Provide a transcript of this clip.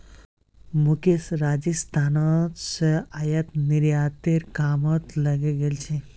मुकेश राजस्थान स आयात निर्यातेर कामत लगे गेल छ